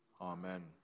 Amen